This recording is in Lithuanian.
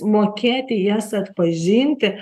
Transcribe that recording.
mokėti jas atpažinti